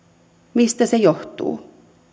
mistä se johtuu